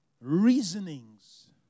Reasonings